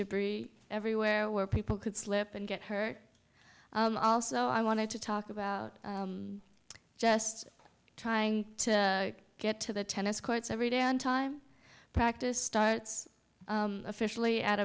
debris everywhere where people could slip and get hurt also i wanted to talk about just trying to get to the tennis courts every day on time practice starts officially a